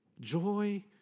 Joy